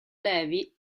levi